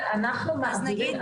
נגיד